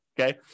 okay